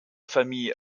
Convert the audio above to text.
famille